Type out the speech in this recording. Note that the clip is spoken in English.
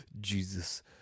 Jesus